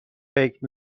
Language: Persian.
فکر